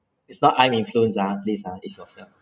it's not I'm influence ah please ah it's yourself